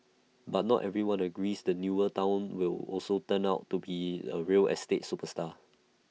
but not everyone agrees the newer Town will also turn out to be A real estate superstar